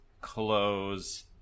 close